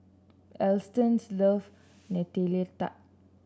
Alston loves Nutella Tart